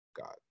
god